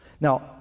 Now